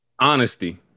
Honesty